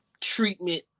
treatment